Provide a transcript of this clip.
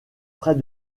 près